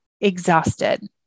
exhausted